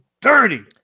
dirty